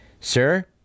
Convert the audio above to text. Sir